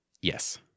Yes